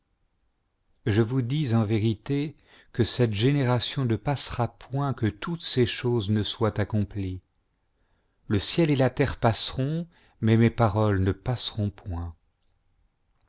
je vous dis en vérité que cette génération ne passera point que toutes ces choses ne soient accomplies le ciel et la terre passeront mais mes paroles ne passeront point